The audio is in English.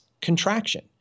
contraction